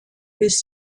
bis